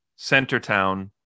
Centertown